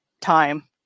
time